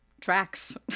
tracks